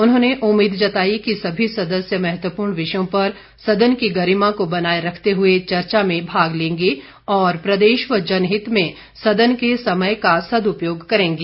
उन्होंने उम्मीद जताई कि सभी सदस्य महत्वपूर्ण विषयों पर सदन की गरिमा का बनाए रखते हुए चर्चा में भाग लेंगे और प्रदेश व जनहित में सदन के समय का सदुपयोग करेंगे